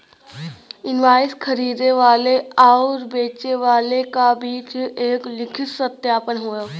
invoice खरीदे वाले आउर बेचे वाले क बीच एक लिखित सत्यापन हौ